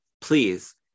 please